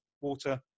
water